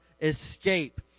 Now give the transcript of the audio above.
escape